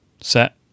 set